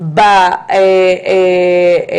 היום ה-23 בנובמבר,